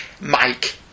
Mike